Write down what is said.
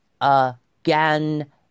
again